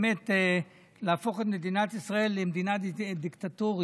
באמת, להפוך את מדינת ישראל למדינה דיקטטורית,